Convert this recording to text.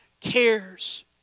cares